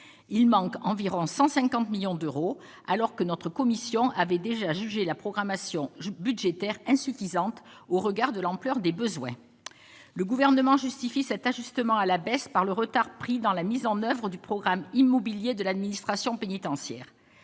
il manque environ 150 millions d'euros, alors que notre commission avait déjà jugé la programmation budgétaire insuffisantes au regard de l'ampleur des besoins, le gouvernement justifie cet ajustement à la baisse par le retard pris dans la mise en oeuvre du programme immobilier de l'administration pénitentiaire